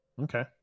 Okay